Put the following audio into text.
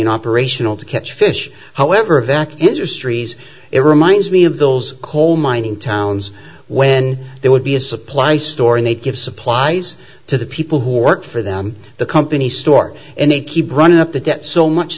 in operational to catch fish however vacuums are stres it reminds me of those coal mining towns when there would be a supply store and they'd give supplies to the people who work for them the company store and they'd keep running up the debt so much